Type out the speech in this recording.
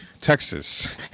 texas